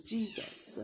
Jesus